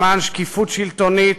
למען שקיפות שלטונית,